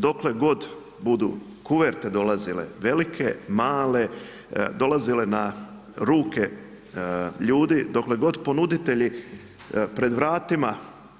Dokle god budu kuverte budu dolazile velike, male, dolazile na ruke ljudi, dokle god ponuditelji pred vratima